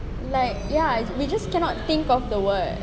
like ya we just cannot think of the word